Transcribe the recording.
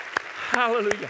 Hallelujah